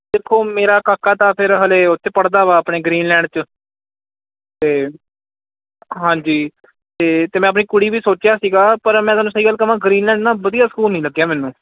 ਦੇਖੋ ਮੇਰਾ ਕਾਕਾ ਤਾਂ ਫਿਰ ਹਲੇ ਉਹ 'ਚ ਪੜ੍ਹਦਾ ਵਾ ਆਪਣੇ ਗਰੀਨਲੈਂਡ 'ਚ ਅਤੇ ਹਾਂਜੀ ਤਾਂ ਅਤੇ ਮੈਂ ਆਪਣੀ ਕੁੜੀ ਵੀ ਸੋਚਿਆ ਸੀਗਾ ਪਰ ਮੈਂ ਤੁਹਾਨੂੰ ਸਹੀ ਗੱਲ ਕਹਾਂ ਗਰੀਨਲੈਂਡ ਨਾ ਵਧੀਆ ਸਕੂਲ ਨਹੀਂ ਲੱਗਿਆ ਮੈਨੂੰ